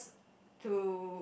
to